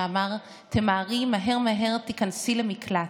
שאמר: תמהרי, מהר מהר תיכנסי למקלט.